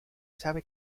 sabe